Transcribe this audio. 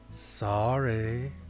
sorry